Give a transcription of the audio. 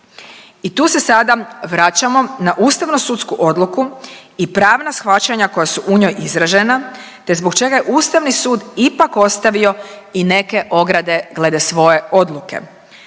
I tu se sada vraćamo na ustavnosudsku odluku i pravna shvaćanja koja su u njoj izražena te zbog čega je Ustavni sud ipak ostavio i neke ograde glede svoje odluke.